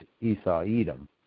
Esau-Edom